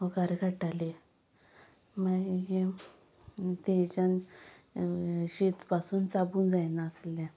ओंकार काडटाली मागीर तेच्यान शीत पासून चाबूंक जायनासल्यां